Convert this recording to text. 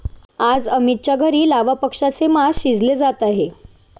आज अमितच्या घरी लावा पक्ष्याचे मास शिजवले जात आहे